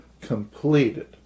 completed